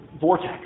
vortex